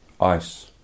ICE